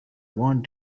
want